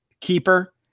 keeper